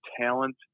talent